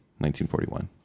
1941